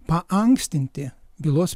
paankstinti bylos